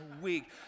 week